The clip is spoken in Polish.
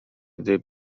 gdy